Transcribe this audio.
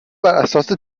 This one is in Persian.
براساس